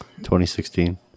2016